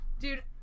dude